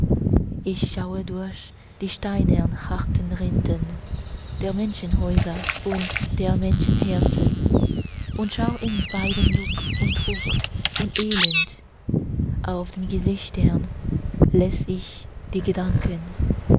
ich schaue durch die steinern harten rinden der menschenhäuser und der menschenherzen und schau in beiden lug und trug und elend auf den gesichtern les ich die gedanken